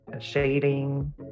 shading